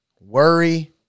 worry